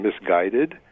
misguided